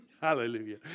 Hallelujah